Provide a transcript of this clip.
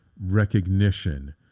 recognition